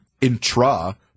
intra